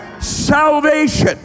salvation